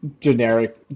generic